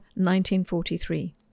1943